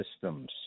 systems